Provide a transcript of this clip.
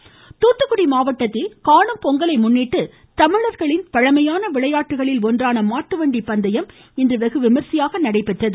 காணும் பொங்கல் தூத்துக்குடி தூத்துக்குடி மாவட்டத்தில் காணும் பொங்கலை முன்னிட்டு தமிழர்களின் பழமையான விளையாட்டுகளில் ஒன்றான மாட்டு வண்டி பந்தயம் இன்று வெகு விமரிசையாக நடைபெற்றது